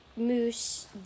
Moose